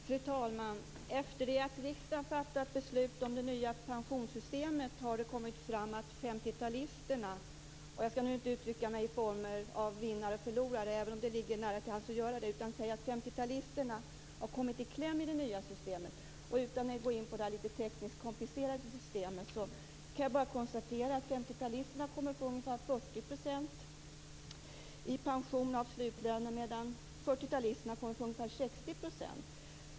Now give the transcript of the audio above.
Fru talman! Efter det att riksdagen fattat beslut om det nya pensionssystemet har det kommit fram att 50-talisterna - jag skall nu inte uttrycka mig i termer av vinnare och förlorare, även om det ligger nära till hands - har kommit i kläm i det nya systemet. Utan att gå in på det tekniskt komplicerade systemet kan jag bara konstatera att 50-talisterna i pension kommer att få ungefär 40 % av slutlönen medan 40-talisterna kommer att få ungefär 60 %.